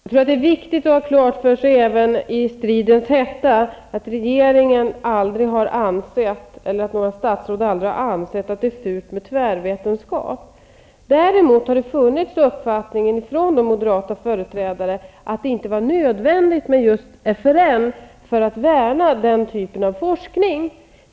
Herr talman! Jag tror att det även i stridens hetta är viktigt att ha klart för sig att varken regeringen eller några statsråd någonsin har ansett att det är fult med tvärvetenskap. Däremot har moderata företrädare haft uppfattningen att det inte var nödvändigt att behålla just FRN för att värna den typen av forskning.